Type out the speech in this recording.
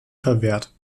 verwehrt